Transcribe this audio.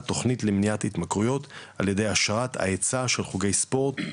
התוכנית למניעת התמכרויות על ידי אשרת ההיצע של חוגי ספורט,